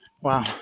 wow